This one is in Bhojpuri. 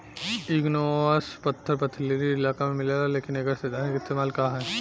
इग्नेऔस पत्थर पथरीली इलाका में मिलेला लेकिन एकर सैद्धांतिक इस्तेमाल का ह?